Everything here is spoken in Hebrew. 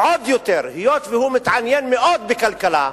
עוד יותר היות שהוא מתעניין מאוד בכלכלה,